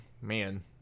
man